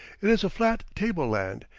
it is a flat table-land,